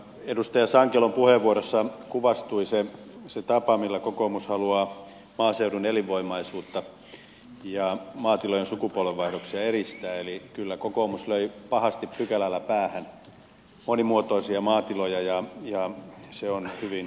edustaja sankelon puheenvuorossa kuvastui se tapa millä kokoomus haluaa maaseudun elinvoimaisuutta ja maatilojen sukupolvenvaihdoksia edistää eli kyllä kokoomus löi pahasti pykälällä päähän monimuotoisia maatiloja ja se on hyvin valitettavaa